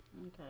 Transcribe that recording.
okay